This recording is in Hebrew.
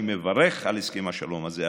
אני מברך על הסכם השלום הזה,